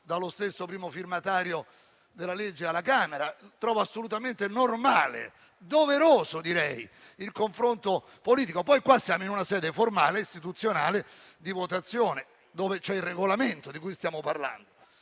dallo stesso primo firmatario della legge alla Camera, e trovo assolutamente normale, anzi direi doveroso il confronto politico. Qui poi ci troviamo in una sede formale, istituzionale di votazione, governata dal Regolamento, di cui stiamo parlando.